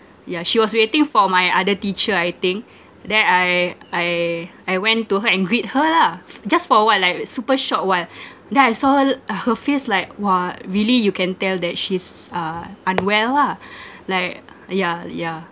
yeah she was waiting for my other teacher I think then I I I went to her and greet her lah just for a while like super short while then I saw her l~ her face like !wah! really you can tell that she's uh unwell lah like yeah yeah